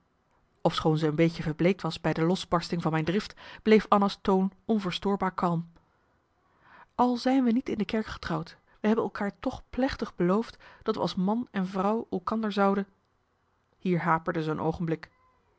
ofschoon ze een beetje verbleekt was bij de losbarsting van mijn drift bleef anna's toon onverstoorbaar kalm al zijn we niet in de kerk getrouwd we hebben elkaar toch plechtig beloofd dat we als man en vrouw elkander zouden hier haperde ze een oogenblik